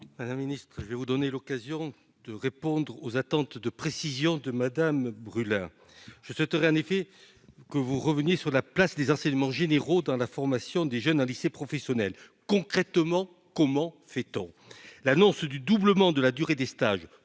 Madame la ministre, je vais vous donner l'occasion de répondre aux demandes de précisions de Mme Brulin. Ah ! En effet, je souhaiterais que vous reveniez sur la place des enseignements généraux dans la formation des jeunes en lycée professionnel. Concrètement, que fait-on ?